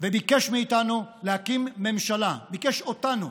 וביקש מאיתנו להקים ממשלה, ביקש אותנו,